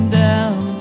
down